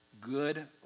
Good